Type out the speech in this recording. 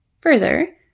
Further